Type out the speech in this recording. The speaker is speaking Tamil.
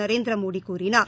நரேந்திரமோடி கூறினார்